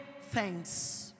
thanks